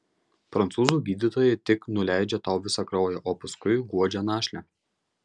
prancūzų gydytojai tik nuleidžia tau visą kraują o paskui guodžia našlę